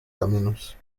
caminos